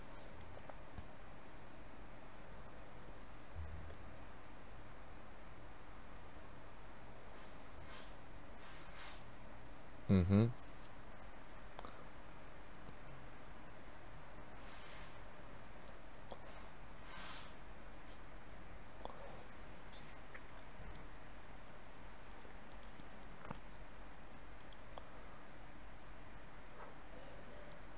mmhmm